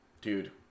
Dude